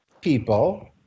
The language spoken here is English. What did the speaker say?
people